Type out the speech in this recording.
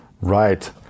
Right